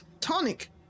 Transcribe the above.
tonic